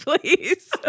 please